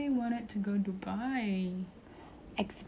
I am an expensive girl